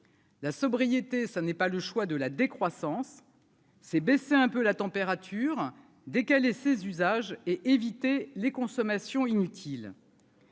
La sobriété, ça n'est pas le choix de la décroissance, c'est baisser un peu la température décaler ses usages et éviter les consommations inutiles.